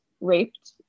raped